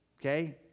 Okay